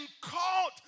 caught